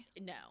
No